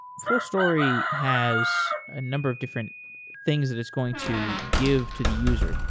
fullstory has a number of different things that is going to give to the user,